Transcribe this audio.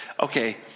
okay